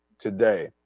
today